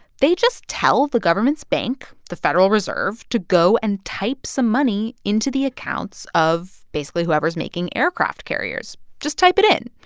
they just tell the government's bank the federal reserve to go and type some money into the accounts accounts of, basically, whoever's making aircraft carriers. just type it in.